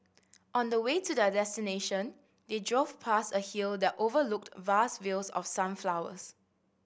on the way to their destination they drove past a hill that overlooked vast fields of sunflowers